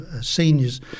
seniors